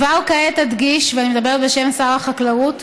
כבר כעת אדגיש, ואני מדברת בשם שר החקלאות,